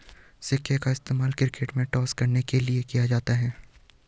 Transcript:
सिक्के का इस्तेमाल क्रिकेट में टॉस करने के लिए किया जाता हैं